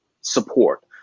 support